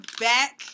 back